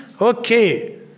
Okay